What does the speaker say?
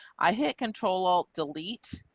i hit control, alt, delete,